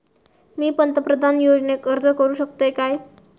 मी पंतप्रधान योजनेक अर्ज करू शकतय काय?